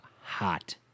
hot